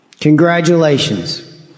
Congratulations